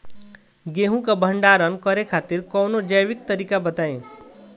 गेहूँ क भंडारण करे खातिर कवनो जैविक तरीका बताईं?